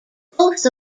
both